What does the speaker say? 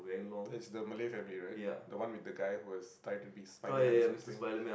is the Malay family right the one with the guy who was try to be Spiderman or something